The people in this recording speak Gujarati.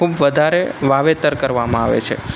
ખૂબ વધારે વાવેતર કરવામાં આવે છે